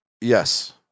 Yes